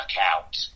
out